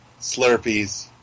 slurpees